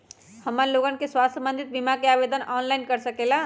हमन लोगन के स्वास्थ्य संबंधित बिमा का आवेदन ऑनलाइन कर सकेला?